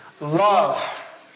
love